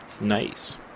nice